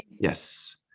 Yes